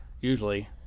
Usually